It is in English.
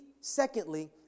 secondly